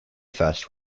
first